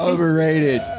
Overrated